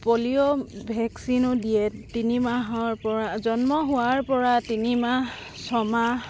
polio ভেক্সিনো দিয়ে তিনি মাহৰ ৰা জন্ম হোৱাৰপৰা তিনিমাহ ছমাহ